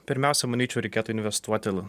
pirmiausia manyčiau reikėtų investuoti